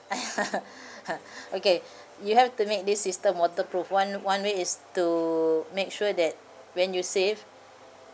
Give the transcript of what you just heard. okay you have to make this system waterproof one one way is to make sure that when you save